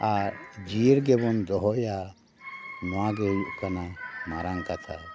ᱟᱨ ᱡᱤᱭᱟᱹᱲ ᱜᱮᱵᱚ ᱫᱚᱦᱚᱭᱟ ᱱᱚᱣᱟ ᱜᱮ ᱦᱩᱭᱩᱜ ᱠᱟᱱᱟ ᱢᱟᱨᱟᱝ ᱠᱟᱛᱷᱟ